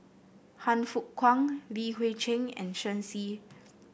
Han Fook Kwang Li Hui Cheng and Shen Xi